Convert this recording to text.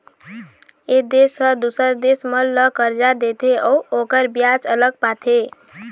ए देश ह दूसर देश मन ल करजा देथे अउ ओखर बियाज अलग पाथे